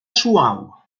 suau